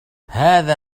هذا